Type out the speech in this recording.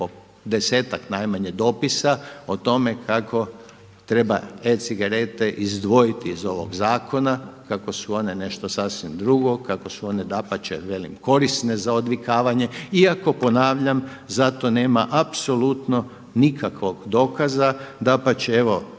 10-ak najmanje dopisa o tome kako treba e-cigarete izdvojiti iz ovog zakona, kako su one nešto sasvim drugo, kako su one dapače, velim korisne za odvikavanje, iako ponavljam za to nema apsolutno nikakvog dokaza. Dapače, evo